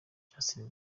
justin